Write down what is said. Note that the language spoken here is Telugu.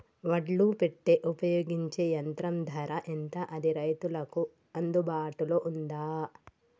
ఒడ్లు పెట్టే ఉపయోగించే యంత్రం ధర ఎంత అది రైతులకు అందుబాటులో ఉందా?